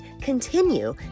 continue